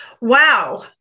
Wow